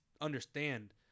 understand